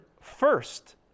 first